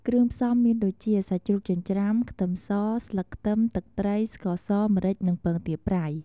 គ្រឿងផ្សំមានដូចជា សាច់ជ្រូកចិញ្ច្រាំ ខ្ទឹមស ស្លឹកខ្ទឹម ទឹកត្រី ស្ករស ម្រេច និងពងទាប្រៃ។